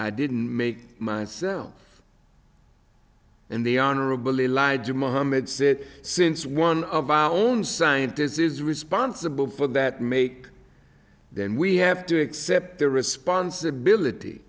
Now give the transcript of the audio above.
i didn't make myself and the honorable elijah mohammed said since one of our own scientists is responsible for that make then we have to accept the responsibility